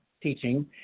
teaching